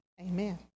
Amen